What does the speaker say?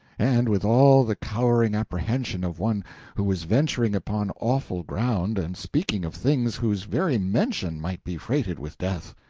and with all the cowering apprehension of one who was venturing upon awful ground and speaking of things whose very mention might be freighted with death.